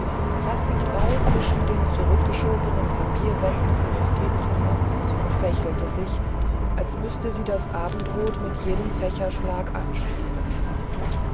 saß die frau zwischen den zurückgeschobenen papierwänden ihres teezimmers und fächelte sich als müßte sie das abendrot mit jedem fächerschlag anschüren